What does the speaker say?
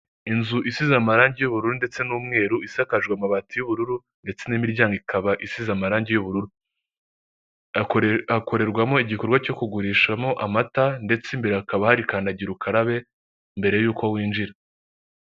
Inzu isize amarangi y'uburu n'umweru isakajwe amabati y'ubururu ndetse n'imiryango ikaba isize amarangi y'ubururu, hakorerwamo igikorwa cyo kugurishamo amata ndetse imbere hakaba hari kandagira ukarabe mbere y'uko w'injira.